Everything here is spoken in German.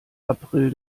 april